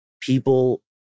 people